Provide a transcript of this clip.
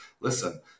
listen